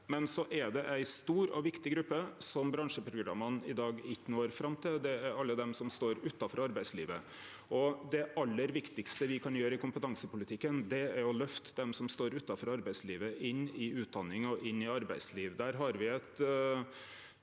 men så er det ei stor og viktig gruppe som bransjeprogramma i dag ikkje når fram til. Det er alle dei som står utanfor arbeidslivet. Det aller viktigaste me kan gjere i kompetansepolitikken, er å løfte dei som står utanfor arbeidslivet, inn i utdanning og inn i arbeidsliv.